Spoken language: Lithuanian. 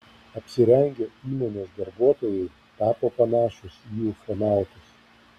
apsirengę įmonės darbuotojai tapo panašūs į ufonautus